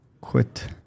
quit